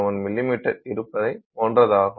001 மிமீ இருப்பதை போன்றதாகும்